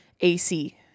ac